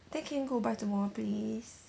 then can you go buy tomorrow please